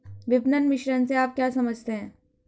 विपणन मिश्रण से आप क्या समझते हैं?